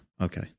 Okay